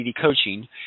coaching